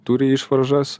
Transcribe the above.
turi išvaržas